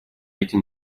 эти